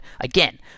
again